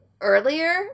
earlier